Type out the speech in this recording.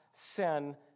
sin